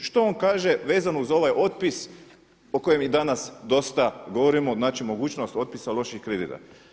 Što on kaže vezano uz ovaj otpis o kojem i danas dosta govorimo, znači mogućnost otpisa loših kredita?